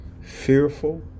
fearful